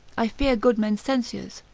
i fear good men's censures,